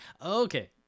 Okay